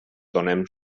donem